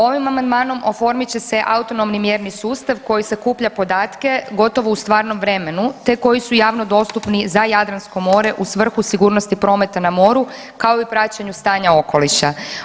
Ovim amandmanom oformit će se autonomni mjerni sustav koji sakuplja podatke gotovo u stvarnom vremenu, te koji su javno dostupni za Jadransko more u svrhu sigurnosti prometa na moru, kao i praćenju stanja okoliša.